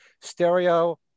stereo